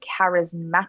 charismatic